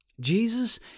Jesus